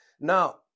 Now